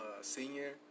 senior